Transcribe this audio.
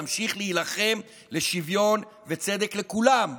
נמשיך להילחם לשוויון ולצדק לכולם,